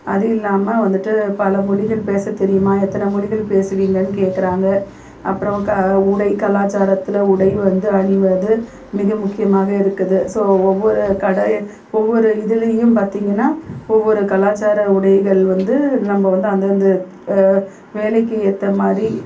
அது இல்லாமல் வந்துட்டு பல மொழிகள் பேசத்தெரியுமா எத்தனை மொழிகள் பேசுவீங்கன்னு கேட்கறாங்க அப்புறம் கா உடை கலாச்சாரத்தில் உடை வந்து அணிவது மிக முக்கியமாக இருக்குது ஸோ ஒவ்வொரு கடை ஒவ்வொரு இதுலையும் பார்த்தீங்கன்னா ஒவ்வொரு கலாச்சார உடைகள் வந்து நம்ப வந்து அந்தந்த வேலைக்கு ஏற்ற மாதிரி